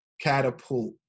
catapult